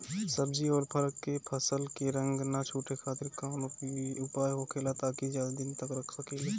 सब्जी और फल के फसल के रंग न छुटे खातिर काउन उपाय होखेला ताकि ज्यादा दिन तक रख सकिले?